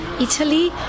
Italy